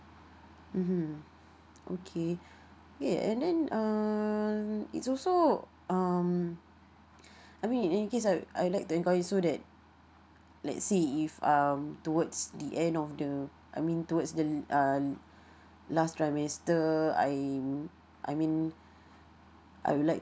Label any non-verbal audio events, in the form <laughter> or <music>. mmhmm okay okay and then um it's also um <breath> I mean in case I'd I'd like to inquire so that let say if um towards the end of the I mean towards the uh last trimester I I mean I would like